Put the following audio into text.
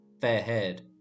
fair-haired